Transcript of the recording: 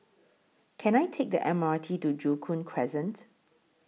Can I Take The M R T to Joo Koon Crescent